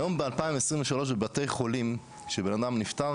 היום ב-2023, בבתי חולים שבן אדם נפטר